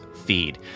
feed